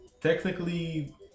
technically